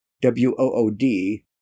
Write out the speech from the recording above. w-o-o-d